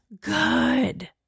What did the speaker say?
good